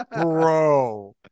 bro